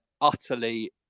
utterly